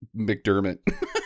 McDermott